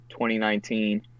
2019